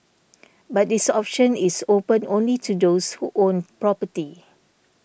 but this option is open only to those who own property